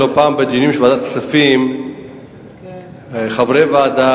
לא פעם בדיונים של ועדת הכספים חברי הוועדה